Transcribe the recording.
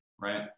right